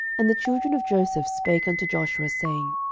and the children of joseph spake unto joshua, saying,